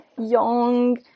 young